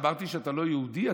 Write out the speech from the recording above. אמרתי שאתה לא יהודי?